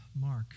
Mark